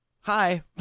hi